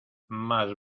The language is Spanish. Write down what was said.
más